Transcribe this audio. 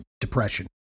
depression